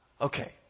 Okay